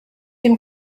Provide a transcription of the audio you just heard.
dem